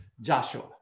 Joshua